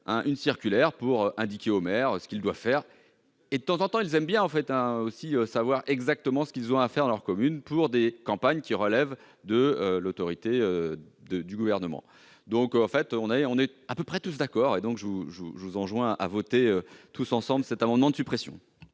une circulaire pour indiquer aux maires ce qu'ils doivent faire ; de temps en temps, ils aiment bien savoir ce qu'ils ont à faire dans le cadre de ces campagnes qui relèvent de l'autorité du Gouvernement. Puisque nous sommes à peu près tous d'accord, je vous enjoins à voter tous ensemble cet amendement de suppression.